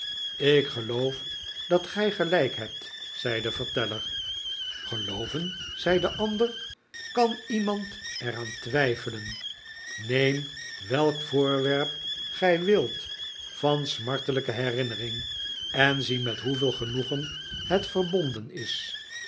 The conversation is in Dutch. ik geloof dat gij gelijk hebt zei de verteller gelooven zei de ander kan iemand er aan twijfelen neem welk voorwerp gij wilt van smartelijke herinnering en zie met hoeveel genoegen het verbonden is